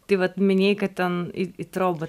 tai vat minėjai kad ten į trobą